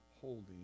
holding